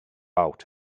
out